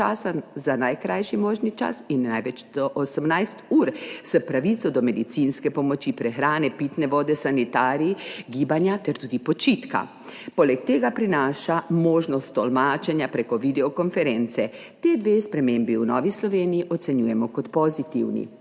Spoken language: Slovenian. za najkrajši možni čas in največ do 18 ur, s pravico do medicinske pomoči, prehrane, pitne vode, sanitarij, gibanja ter tudi počitka. Poleg tega prinaša možnost tolmačenja prek videokonference. Ti dve spremembi v Novi Sloveniji ocenjujemo kot pozitivni.